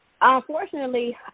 unfortunately